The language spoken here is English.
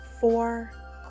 four